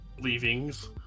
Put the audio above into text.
leavings